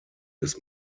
des